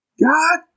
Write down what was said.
God